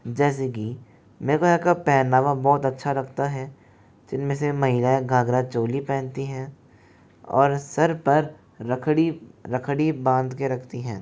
जैसे की मेरे को यहाँ का पहनावा बहुत अच्छा लगता है जिनमें से महिलाएँ घाघरा चोली पहनती हैं और सर पर रकड़ी रखड़ी बांध के रखती हैं